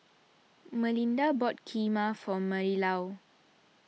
Malinda bought Kheema for Marilou